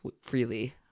freely